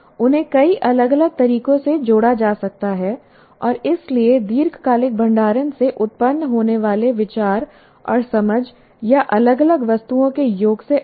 उन्हें कई अलग अलग तरीकों से जोड़ा जा सकता है और इसलिए दीर्घकालिक भंडारण से उत्पन्न होने वाले विचार और समझ या अलग अलग वस्तुओं के योग से अधिक